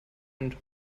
hand